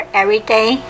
everyday